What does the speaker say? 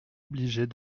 obligés